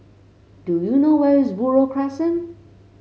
do you know where is Buroh Crescent